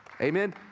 Amen